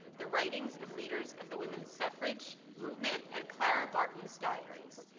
the writings of leaders of the woman's suffrage movement, and clara barton's diaries.